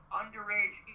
underage